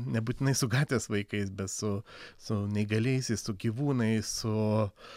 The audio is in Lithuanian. nebūtinai su gatvės vaikais bet su su neįgaliaisiais su gyvūnais su